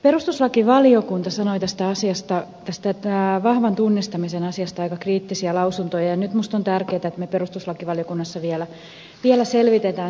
perustuslakivaliokunta sanoi tästä vahvan tunnistamisen asiasta aika kriittisiä lausuntoja ja nyt minusta on tärkeää että me perustuslakivaliokunnassa vielä selvitämme sen asian